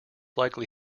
likely